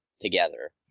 together